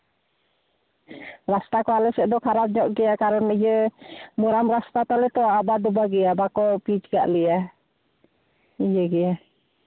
ᱨᱟᱥᱛᱟ ᱠᱚ ᱟᱞᱮ ᱥᱮᱫ ᱫᱚ ᱠᱷᱟᱨᱟᱯ ᱧᱚᱜ ᱜᱮᱭᱟ ᱠᱟᱨᱚᱱ ᱤᱭᱟᱹ ᱢᱳᱨᱟᱢ ᱨᱟᱥᱛᱟ ᱛᱟᱞᱮ ᱛᱚ ᱟᱵᱟᱨ ᱡᱩᱫᱟᱹ ᱜᱮᱭᱟ ᱵᱟᱠᱚ ᱯᱤᱪ ᱠᱟᱜ ᱞᱮᱭᱟ ᱤᱱᱟᱹᱜᱮ